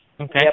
Okay